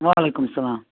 وعلیکُم سلام